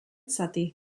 zati